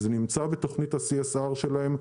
זה נמצא בתוכנית ה-CSR שלהן,